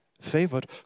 favored